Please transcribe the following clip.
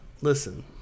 listen